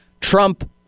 Trump